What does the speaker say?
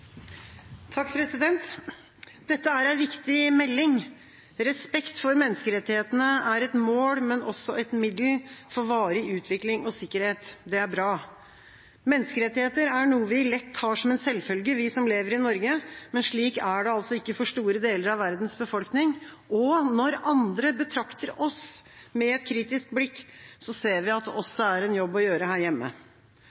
Dette er en viktig melding. «Respekt for menneskerettighetene er et mål, men også et middel for å oppnå varig utvikling og sikkerhet» – det er bra. Menneskerettigheter er noe vi lett tar som en selvfølge, vi som lever i Norge, men slik er det ikke for store deler av verdens befolkning, og når andre betrakter oss med et kritisk blikk, ser vi at det også er en jobb å gjøre her hjemme.